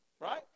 right